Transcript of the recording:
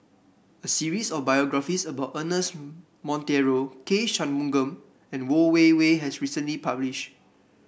a series of biographies about Ernest Monteiro K Shanmugam and Yeo Wei Wei has recently publish